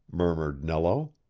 murmured nello